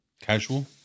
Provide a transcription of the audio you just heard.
Casual